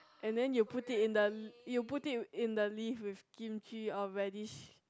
and then you put it in the you put it in the leaf with Kimchi or radish